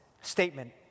statement